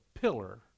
pillar